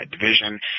division